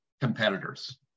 competitors